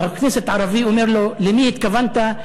וחבר כנסת ערבי אומר לו "למי התכוונת?",